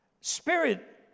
Spirit